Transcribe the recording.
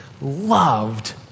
loved